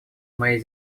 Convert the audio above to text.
моей